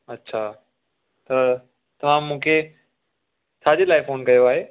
अच्छा त तव्हां मूंखे छाजे लाइ फ़ोन कयो आहे